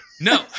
No